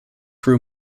crew